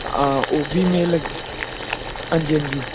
हां ओह् बी मेल लगदी हंजी हंजी